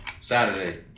Saturday